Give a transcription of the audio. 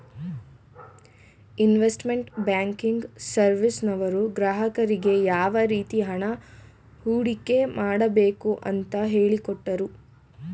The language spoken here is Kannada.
ಇನ್ವೆಸ್ಟ್ಮೆಂಟ್ ಬ್ಯಾಂಕಿಂಗ್ ಸರ್ವಿಸ್ನವರು ಗ್ರಾಹಕರಿಗೆ ಯಾವ ರೀತಿ ಹಣ ಹೂಡಿಕೆ ಮಾಡಬೇಕು ಅಂತ ಹೇಳಿಕೊಟ್ಟರು